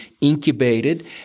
incubated